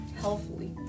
healthily